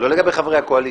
לא לגבי חברי הקואליציה.